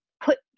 put